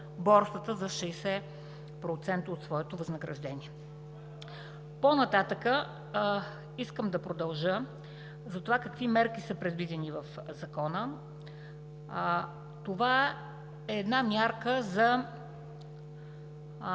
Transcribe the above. Борсата за 60% от своето възнаграждение. По-нататък искам да продължа с това какви мерки са предвидени в Закона. Това е една мярка за